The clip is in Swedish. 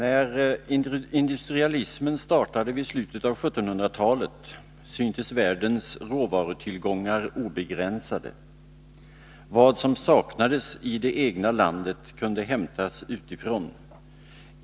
Fru talman! När industrialismen startade vid slutet av 1700-talet syntes världens råvarutillgångar obegränsade. Vad som saknades i det egna landet kunde hämtas utifrån.